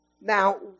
Now